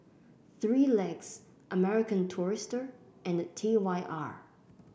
Three Legs American Tourister and T Y R